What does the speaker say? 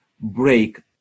break